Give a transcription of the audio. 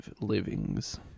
livings